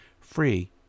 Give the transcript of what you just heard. free